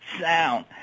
sound